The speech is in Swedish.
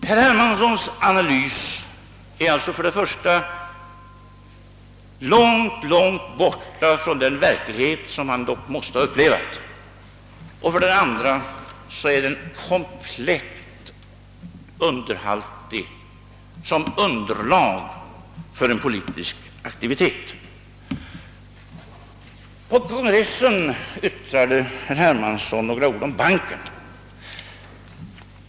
Herr Hermanssons analys är alltså för det första långt avlägsen den verklighet han måste ha upplevt. För det andra är den komplett underhaltig som underlag för en politisk aktivitet. På partikongressen yttrade herr Hermansson några ord om banken.